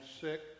sick